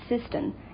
system